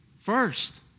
first